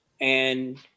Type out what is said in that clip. And-